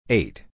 eight